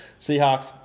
Seahawks